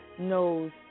knows